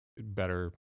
better